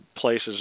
places